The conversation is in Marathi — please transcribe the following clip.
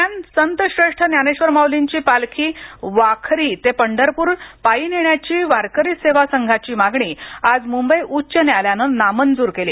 दरम्यान संत ज्ञानेश्वर माऊलींची पालखी वाखरी ते पंढरपूर पायी नेण्याची वारकरी सेवा संघाची मागणी आज म्ंबई न्यायालयाने नामंजूर केली